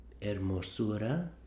hermosura